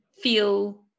feel